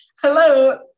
hello